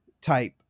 type